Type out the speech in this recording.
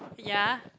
ya